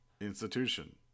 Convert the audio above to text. Institution